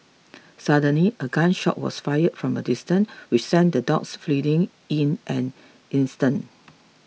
suddenly a gun shot was fired from a distance which sent the dogs fleeing in an instant